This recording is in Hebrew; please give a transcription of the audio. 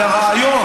זה רעיון.